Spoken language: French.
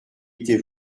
était